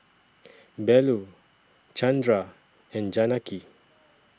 Bellur Chandra and Janaki